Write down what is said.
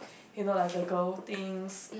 you know like the girl things